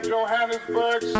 Johannesburg